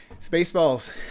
Spaceballs